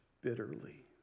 bitterly